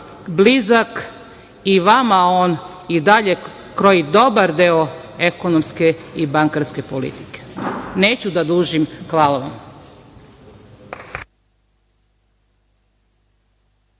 blizak i vam on i dalje kroji dobar deo ekonomske i bankarske politike, neću da dužim. Hvala vam.